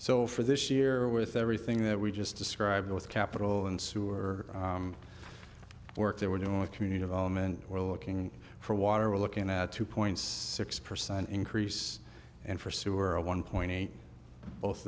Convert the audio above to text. so for this year with everything that we just described with capital and sewer work there we're doing with community element we're looking for water we're looking at two point six percent increase and for sewer a one point eight both